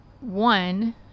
One